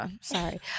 sorry